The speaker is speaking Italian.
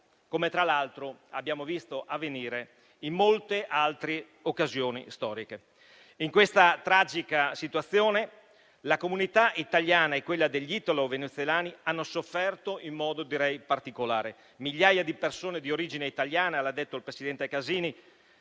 come tra l'altro abbiamo visto avvenire in molte altre occasioni storiche. In questa tragica situazione la comunità italiana e quella degli italo-venezuelani hanno sofferto in modo particolare. Migliaia di persone di origine italiana - l'ha detto il presidente Casini